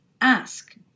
Ask